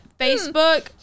Facebook